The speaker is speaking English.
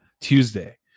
Tuesday